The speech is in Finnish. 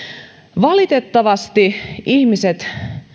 valitettavasti ihmiset